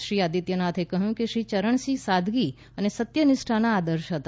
શ્રી આદિત્યનાથે કહ્યું કે શ્રી યરણસિંહ સાદગી અને સત્યનિષ્ઠાના આદર્શ હતા